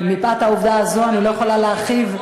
מפאת העובדה הזאת אני לא יכולה להרחיב.